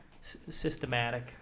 systematic